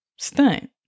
Stunt